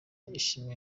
ishimwe